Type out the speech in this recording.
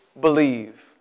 believe